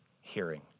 hearing